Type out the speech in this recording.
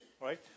right